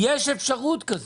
שיש אפשרות כזאת.